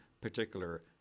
particular